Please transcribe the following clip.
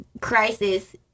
crisis